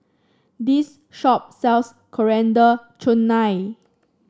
this shop sells Coriander Chutney